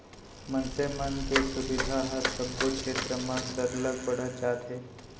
मनसे मन के सुबिधा ह सबो छेत्र म सरलग बढ़त जात हे